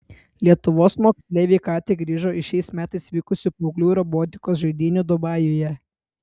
lietuvos moksleiviai ką tik grįžo iš šiais metais vykusių paauglių robotikos žaidynių dubajuje